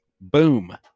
boom